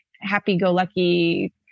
happy-go-lucky